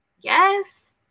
Yes